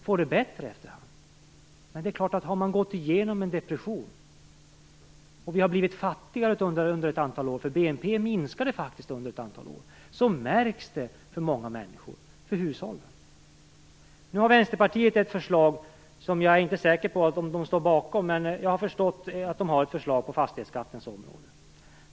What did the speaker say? Men det är klart att det märks för hushållen att vi har gått igenom en depression och att vi har blivit fattigare. BNP minskade faktiskt under ett antal år. Nu har Vänsterpartiet ett förslag på fastighetsskattens område som jag inte är säker på att de står bakom.